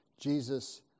Jesus